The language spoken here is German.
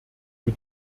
für